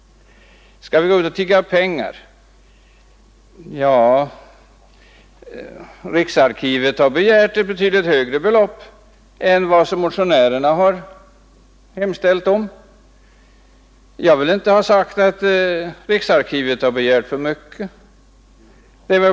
Skall vi gå ut och tigga pengar för ändamålet? Då vill jag svara att riksarkivet har begärt ett betydligt högre belopp än motionärerna har hemställt om, och jag vill inte säga att man på riksarkivet har begärt för mycket.